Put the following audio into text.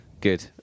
Good